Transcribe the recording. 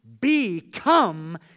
become